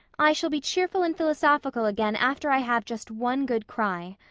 i shall be cheerful and philosophical again after i have just one good cry.